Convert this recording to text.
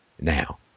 now